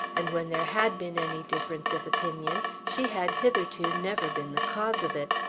and when there had been any difference of opinion, she had hitherto never been the cause of it.